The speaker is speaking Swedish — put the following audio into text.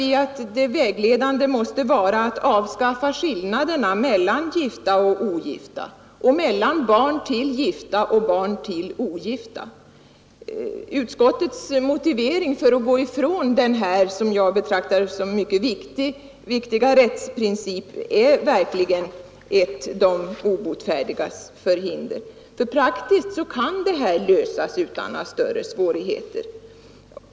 Vi menar att det vägledande måste vara att avskaffa skillnaderna mellan gifta och ogifta och mellan barn till gifta och barn till ogifta. Utskottets motivering för att gå ifrån denna som jag betraktar den mycket viktiga rättsprincip är verkligen ett de obotfärdigas förhinder. Praktiskt kan frågan lösas utan större svårigheter.